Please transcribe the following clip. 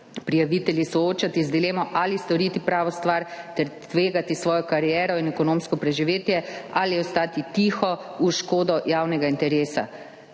prijavitelji soočati z dilemo, ali storiti pravo stvar ter tvegati svojo kariero in ekonomsko preživetje ali ostati tiho v škodo javnega interesa.